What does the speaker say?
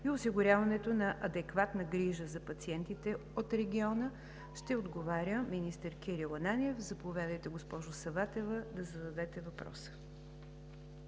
и осигуряването на адекватна грижа за пациентите от региона ще отговаря министър Кирил Ананиев. Заповядайте, госпожо Саватева, да зададете въпроса.